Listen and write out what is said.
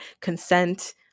Consent